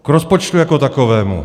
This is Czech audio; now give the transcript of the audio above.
K rozpočtu jako takovému.